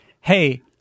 Hey